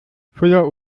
füller